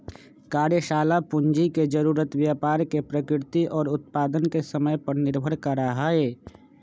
कार्यशाला पूंजी के जरूरत व्यापार के प्रकृति और उत्पादन के समय पर निर्भर करा हई